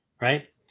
right